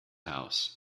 house